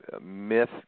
myth